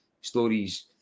stories